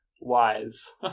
Wise